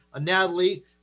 Natalie